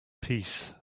peace